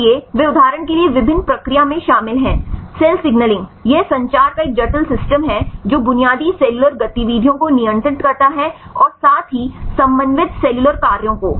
इसलिए वे उदाहरण के लिए विभिन्न प्रक्रिया में शामिल हैं सेल सिग्नलिंग यह संचार का एक जटिल सिस्टम है जो बुनियादी सेलुलर गतिविधियों को नियंत्रित करता है और साथ ही समन्वित सेलुलर कार्यों को